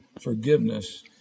forgiveness